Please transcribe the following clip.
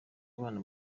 abana